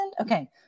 Okay